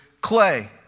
clay